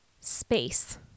Space